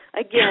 again